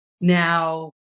now